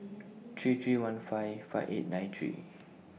three three one five five eight nine three